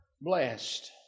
blessed